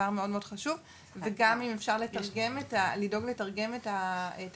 זה דבר מאוד מאד חשוב וגם אם אפשר לדאוג לתרגם את השאלונים,